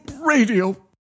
radio